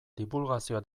dibulgazioa